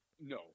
No